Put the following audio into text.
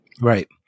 right